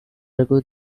argue